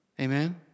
Amen